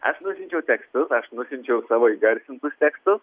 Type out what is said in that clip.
aš nusiunčiau tekstus aš nusiunčiau savo įgarsintus tekstus